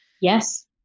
Yes